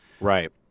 Right